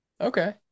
Okay